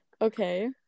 okay